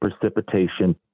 precipitation